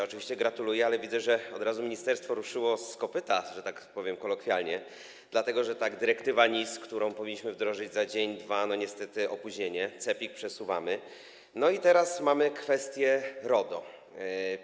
Oczywiście gratuluję, ale widzę, że od razu ministerstwo ruszyło z kopyta, że tak powiem kolokwialnie, dlatego że tak: jeśli chodzi o dyrektywę NIS, którą powinniśmy wdrożyć za dzień, dwa, jest niestety opóźnienie, CEPiK przesuwamy, no i teraz mamy kwestię RODO.